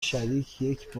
شریک